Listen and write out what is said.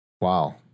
Wow